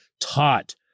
taught